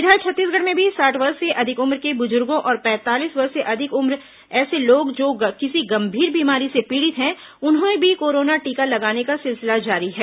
इधर छत्तीसगढ़ में भी साठ वर्ष से अधिक उम्र के बुजुर्गों और पैंतालीस वर्ष से अधिक उम्र ऐसे लोग जो किसी गंभीर बीमारी से पीड़ित हैं उन्हें भी कोरोना टीका लगाने का सिलसिला जारी है